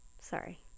sorry